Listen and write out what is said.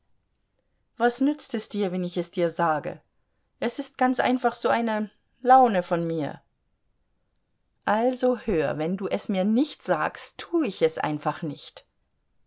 was nützt es dir wenn ich es dir sage es ist ganz einfach so eine laune von mir also hör wenn du es mir nicht sagst tu ich es einfach nicht